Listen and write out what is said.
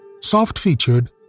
soft-featured